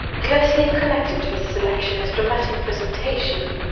closely connected with selection is dramatic pre sentation.